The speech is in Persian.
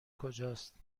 کجاست